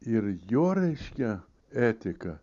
ir jo reiškia etika